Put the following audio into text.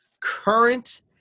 Current